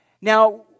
Now